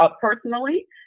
personally